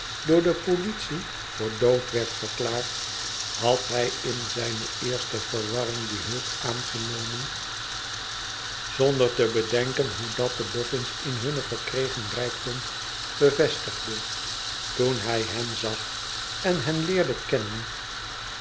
door de politie voor dood werd verklaard had hij in zijne eerste verwarring die hulp aangenomen zonder te bedenken hoe dat de boffins in hun verkregen rijkdom bevestigde toen hij hen za en hen leerde kennen